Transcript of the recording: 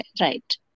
right